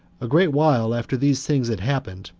a great while after these things had happened,